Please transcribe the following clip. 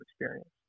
experience